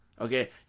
Okay